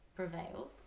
Prevails